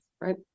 right